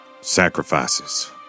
Sacrifices